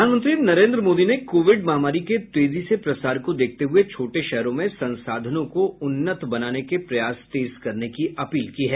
प्रधानमंत्री नरेन्द्र मोदी ने कोविड महामारी के तेजी से प्रसार को देखते हुए छोटे शहरों में संसाधनों को उन्नत बनाने के प्रयास तेज करने की अपील की है